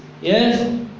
Yes